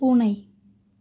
பூனை